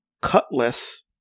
Cutlass